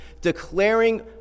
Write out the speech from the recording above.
declaring